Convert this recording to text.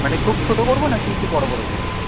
মানে খুব ছোট করবো না কি একটু বড় বড় করবো